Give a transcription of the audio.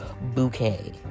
bouquet